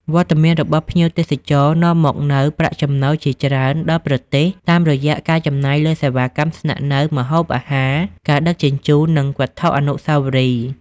វត្តមានរបស់ភ្ញៀវទេសចរនាំមកនូវប្រាក់ចំណូលជាច្រើនដល់ប្រទេស តាមរយៈការចំណាយលើសេវាកម្មស្នាក់នៅ ម្ហូបអាហារ ការដឹកជញ្ជូន និងវត្ថុអនុស្សាវរីយ៍។